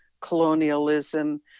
colonialism